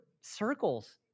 circles